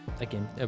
again